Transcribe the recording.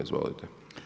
Izvolite.